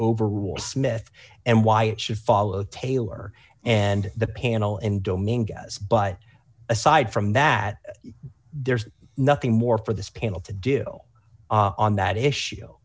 overrule smith and why it should follow taylor and the panel and domingo's but aside from that there's nothing more for this panel to do on that issue